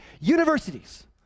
universities